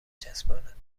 چسباند